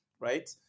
right